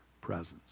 presence